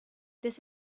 this